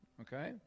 okay